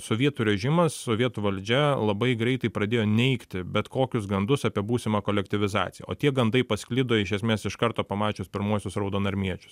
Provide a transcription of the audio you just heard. sovietų režimas sovietų valdžia labai greitai pradėjo neigti bet kokius gandus apie būsimą kolektyvizaciją o tie gandai pasklido iš esmės iš karto pamačius pirmuosius raudonarmiečius